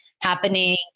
happening